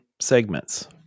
segments